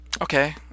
okay